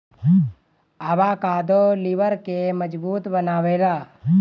avocado लिबर के मजबूत बनावेला